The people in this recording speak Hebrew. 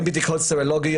אם זה בדיקות סרולוגיות,